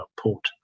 port